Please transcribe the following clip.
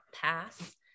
pass